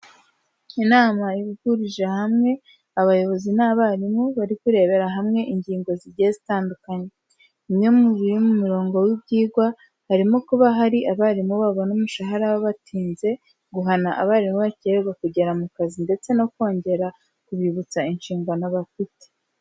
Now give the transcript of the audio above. Inama yahurije hamwe abayobozi n'abarimu, bari kurebera hamwe ingingo zigiye zitandukanye. Bimwe mu biri mu murongo w'ibyigwa, harimo kuba hari abarimu babona umushahara wabo batinze, guhana abarimu bakerererwa kugera mu kazi ndetse no kongera kubibutsa inshingano bafite.